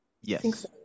Yes